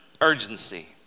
urgency